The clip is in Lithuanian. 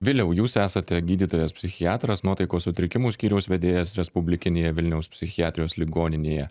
viliau jūs esate gydytojas psichiatras nuotaikos sutrikimų skyriaus vedėjas respublikinėje vilniaus psichiatrijos ligoninėje